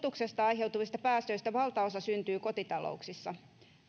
aiheutuvista päästöistä valtaosa syntyy kotitalouksissa